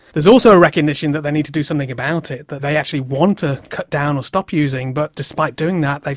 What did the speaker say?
there's also a recognition that they need to do something about it, that they actually want to cut down or stop using, but despite doing that,